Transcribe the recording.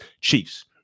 Chiefs